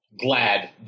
glad